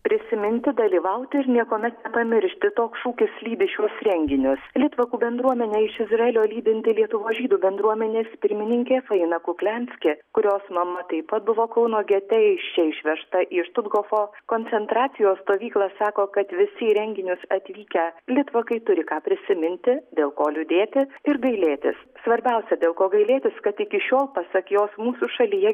prisiminti dalyvauti ir niekuomet nepamiršti toks šūkis lydi šiuos renginius litvakų bendruomenę iš izraelio lydinti lietuvos žydų bendruomenės pirmininkė faina kuklianskė kurios mama taip pat buvo kauno gete iš čia vežta į štuthofo koncentracijos stovyklą sako kad visi į renginius atvykę litvakai turi ką prisiminti dėl ko liūdėti ir gailėtis svarbiausia dėl ko gailėtis kad iki šiol pasak jos mūsų šalyje